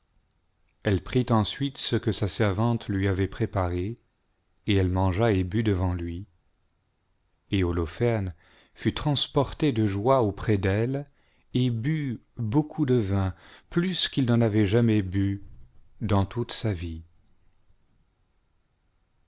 elle prit ensuite ce que sa servante lui avait préparé et elle mangea et but devant lui et holoferne fut transporté de joie auprès d'elle et but beaucoup de vin plus qu'il n'en avait jamais bu dans toute sa vie